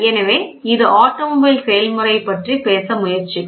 எனவே இது ஆட்டோமொபைல் செயல்முறை பற்றி பேச முயற்சிக்கும்